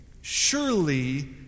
Surely